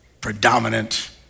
predominant